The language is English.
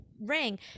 ring